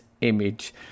image